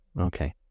Okay